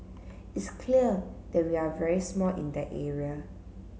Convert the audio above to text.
it's clear that we are very small in that area